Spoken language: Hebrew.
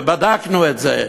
ובדקנו את זה,